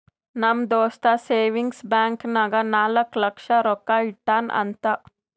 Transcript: ನಮ್ ದೋಸ್ತ savings bank ನಾಗ್ ನಾಲ್ಕ ಲಕ್ಷ ರೊಕ್ಕಾ ಇಟ್ಟಾನ್ ಅಂತ್